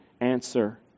answer